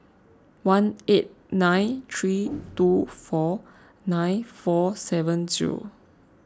one eight nine three two four nine four seven zero